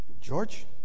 George